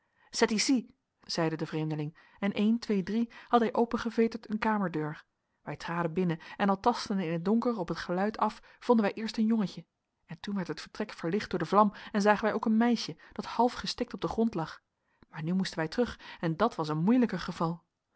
ici zeide de vreemdeling en één twee drie had hij opengeveterd eene kamerdeur wij traden binnen en al tastende in het donker op het geluid af vonden wij eerst een jongetje en toen werd het vertrek verlicht door de vlam en zagen wij ook een meisje dat half gestikt op den grond lag maar nu moesten wij terug en dat was een moeielijker geval